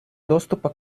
доступа